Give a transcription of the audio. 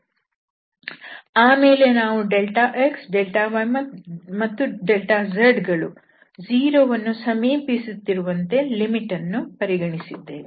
ಆಮೇಲೆ ನಾವು δ x δ y ಮತ್ತು δzಗಳು 0 ವನ್ನು ಸಮೀಪಿಸುತ್ತಿರುವಂತೆ ಲಿಮಿಟ್ ಅನ್ನು ಪರಿಗಣಿಸಿದ್ದೇವೆ